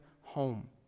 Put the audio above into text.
home